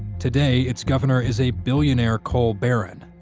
today, its governor is a billionaire coal baron.